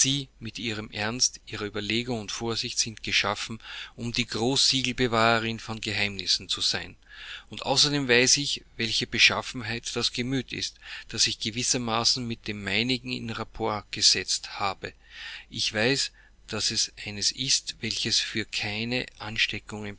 mit ihrem ernst ihrer überlegung und vorsicht sind geschaffen um die großsiegelbewahrerin von geheimnissen zu sein und außerdem weiß ich welcher beschaffenheit das gemüt ist das ich gewissermaßen mit dem meinigen in rapport gesetzt habe ich weiß daß es eines ist welches für keine ansteckung